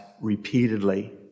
repeatedly